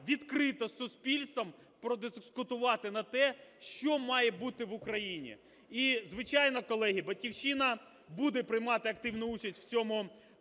відкрито з суспільством продискутувати на те, що має бути в Україні. І, звичайно, колеги, "Батьківщина" буде приймати активну участь в цих